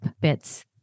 bits